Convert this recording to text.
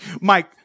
Mike